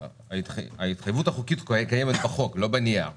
ההתחייבות החוקית קיימת בחוק, לא בנייר.